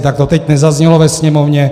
Tak to teď nezaznělo ve Sněmovně.